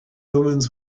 omens